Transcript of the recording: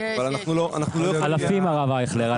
אבל --- אלפים, הרב אייכלר.